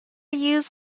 used